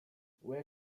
where